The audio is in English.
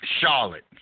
Charlotte